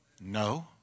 No